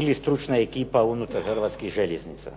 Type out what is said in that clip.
ili stručna ekipa unutar Hrvatskih željeznica.